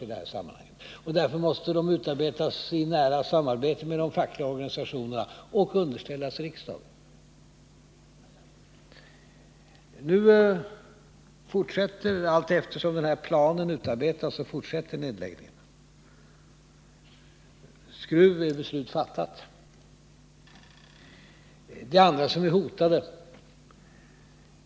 Därför måste planerna utarbetas i nära samarbete med de fackliga organisationerna och underställas riksdagen. Allteftersom den här planen utarbetas fortsätter nu nedläggningarna. När det gäller Skruf är beslutet redan fattat. Andra glasbruk är hotade.